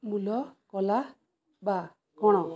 ମୂଲ କଲା ବା କ'ଣ